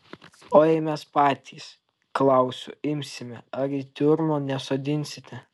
o jei mes patys klausiu imsime ar į tiurmą nesodinsite